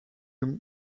donc